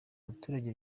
abaturage